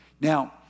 Now